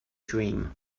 dream